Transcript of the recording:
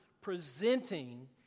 presenting